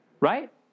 Right